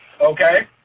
Okay